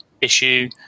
issue